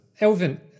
Elvin